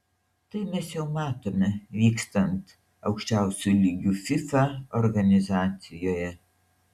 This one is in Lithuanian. tai mes jau matome vykstant aukščiausiu lygiu fifa organizacijoje